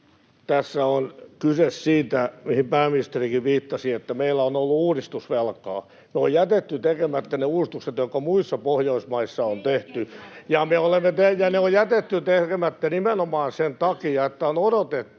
tässä on kyse siitä, mihin pääministerikin viittasi, että meillä on ollut uudistusvelkaa. Me ollaan jätetty tekemättä ne uudistukset, jotka muissa Pohjoismaissa on tehty, ja ne on jätetty tekemättä nimenomaan sen takia, että on odotettu,